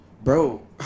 Bro